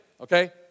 okay